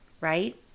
right